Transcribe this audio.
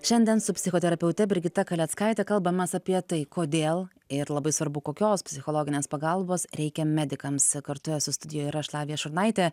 šiandien su psichoterapeute brigita kaleckaite kalbamės apie tai kodėl ir labai svarbu kokios psichologinės pagalbos reikia medikams kartu esu studijoj ir aš lavija šurnaitė